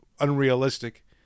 unrealistic